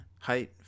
height